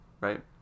right